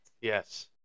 Yes